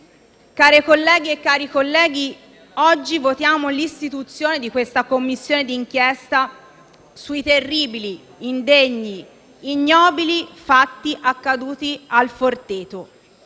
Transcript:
Care colleghe e cari colleghi, oggi votiamo l'istituzione di questa Commissione di inchiesta sui terribili, indegni e ignobili fatti accaduti a «Il Forteto».